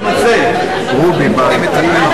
הוא דווקא מתמצא.